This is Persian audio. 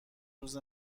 روز